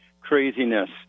craziness